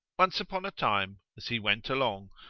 once upon a time as he went along,